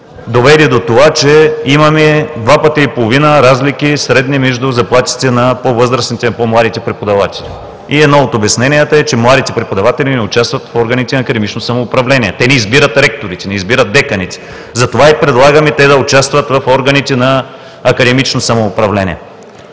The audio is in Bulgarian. доведе до това, че имаме два пъти и половина средни разлики между заплатите на по възрастните и по-младите преподаватели. Едно от обясненията е, че младите преподаватели не участват в органите на академично самоуправление. Те не избират ректорите, не избират деканите. Затова и предлагаме те да участват в органите на академично самоуправление.